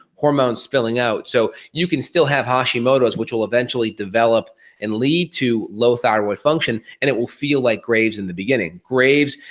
hormone spilling out. so, you can still have hashimoto's which will eventually develop and lead to low thyroid function, and it will feel like graves' in the beginning. graves',